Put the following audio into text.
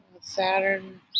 Saturn